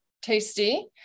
Tasty